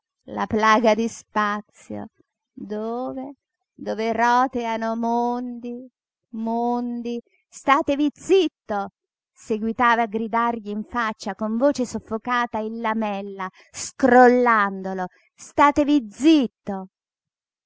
la plaga di spazio dove dove roteano mondi mondi statevi zitto seguitava a gridargli in faccia con voce soffocata il lamella scrollandolo statevi zitto